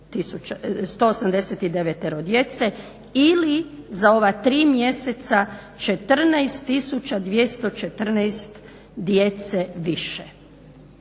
409189 djece ili za ova tri mjeseca 14214 djece više.